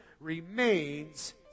remains